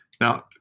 Now